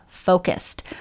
focused